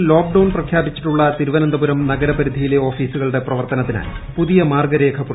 കേരളത്തിൽ ലോക്ഡൌൺ പ്രഖ്യാപിച്ചിട്ടുള്ള തിരുവനന്തപുരം നഗരപരിധിയിലെ ഓഫീസുകളുടെ പ്രവർത്തനത്തിന് പുതിയ മാർഗ്ഗരേഖ പുറത്തിറക്കി